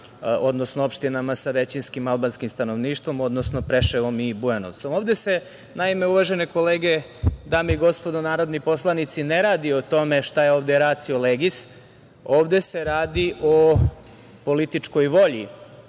odnosno opštinama sa većinskim albanskim stanovništvom, odnosno Preševom i Bujanovcem. Ovde se, uvažene kolege, dame i gospodo narodni poslanici, ne radi o tome šta je ovde „racio legis“, ovde se radi o političkoj volji